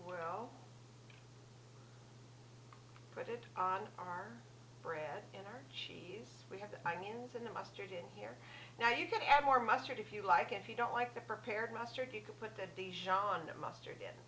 will put it on our bread and cheese we have the i means in the mustard in here now you can add more mustard if you like if you don't like the prepared mustard you can put the dijon mustard in